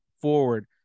forward